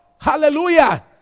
Hallelujah